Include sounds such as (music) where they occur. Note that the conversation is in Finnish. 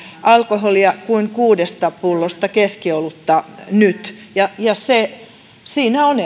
alkoholia kuin kuudesta pullosta keskiolutta nyt ja ja siinä on (unintelligible)